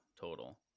total